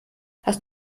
hast